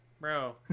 bro